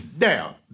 Now